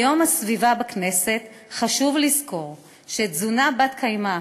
ביום הסביבה בכנסת חשוב לזכור שתזונה בת-קיימא,